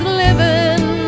living